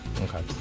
Okay